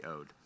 owed